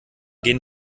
gehen